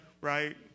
right